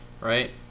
right